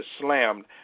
slammed